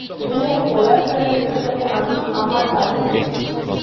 ঋনের কোল্যাটেরাল হিসেবে আমি আমার বাড়ি দিয়েছি